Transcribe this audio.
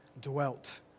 dwelt